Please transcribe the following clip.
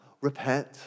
repent